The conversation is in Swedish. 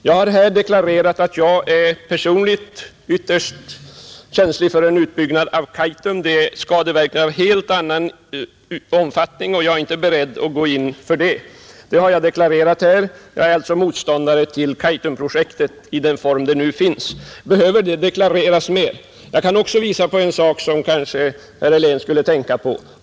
Jag har deklarerat att jag personligen är ytterst känslig för en utbyggnad av Kaitum. Det blir fråga om skadeverkningar av en helt annan omfattning, och jag är inte beredd att gå in för det. Det har jag deklarerat här. Jag är alltså motståndare till Kaitumprojektet i den form det nu föreligger. Behöver det deklareras ytterligare? Jag kan också visa på en sak som herr Helén kanske skulle tänka på.